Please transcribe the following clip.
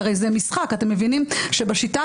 הרי זה משחק, אתם מבינים שבשיטה